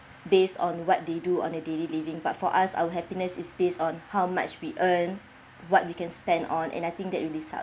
based on what they do on a daily living but for us our happiness is based on how much we earn what we can spend on and I think that really sucks